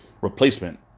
replacement